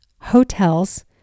hotels